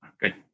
Good